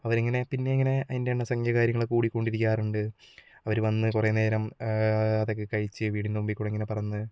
അവരിങ്ങനെ പിന്നെയിങ്ങനെ അതിൻ്റെ എണ്ണസംഖ്യ കാര്യങ്ങൾ കൂടിക്കൊണ്ടിരിക്കാറുണ്ട് അവർ വന്ന് കുറേനേരം അതൊക്കെ കഴിച്ച് വീടിൻ്റെ മുമ്പിൽക്കൂടി ഇങ്ങനെ പറന്ന്